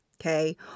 okay